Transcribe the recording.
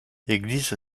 église